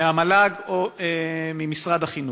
מהמל"ג או ממשרד החינוך.